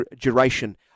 duration